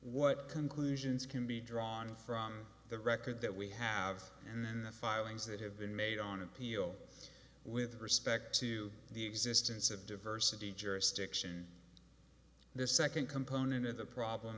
what conclusions can be drawn from the record that we have and the filings that have been made on appeal with respect to the existence of diversity jurisdiction the second component of the problem